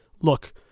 look